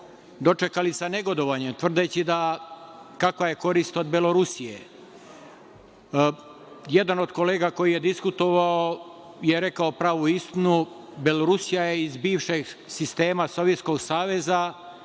dočekali sa negodovanjem, tvrdeći kakva je korist od Belorusije. Jedan od kolega koji je diskutovao je rekao pravu istinu – Belorusija je iz bivšeg sistema Sovjetskog saveza